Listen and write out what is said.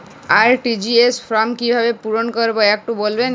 RTGS form কিভাবে পূরণ করবো একটু বলবেন?